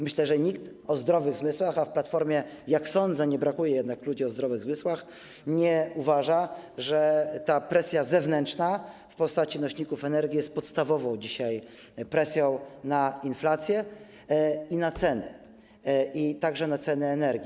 Myślę, że nikt o zdrowych zmysłach, a w Platformie, jak sądzę, nie brakuje jednak ludzi o zdrowych zmysłach, nie uważa, że ta presja zewnętrzna w postaci nośników energii jest dzisiaj podstawową presją na inflację i na ceny, także na ceny energii.